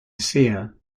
seer